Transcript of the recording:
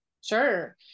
Sure